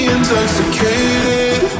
Intoxicated